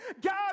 God